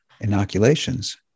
inoculations